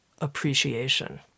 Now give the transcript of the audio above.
appreciation